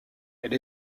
elle